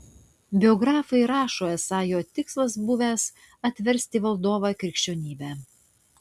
biografai rašo esą jo tikslas buvęs atversti valdovą į krikščionybę